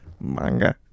Manga